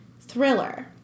Thriller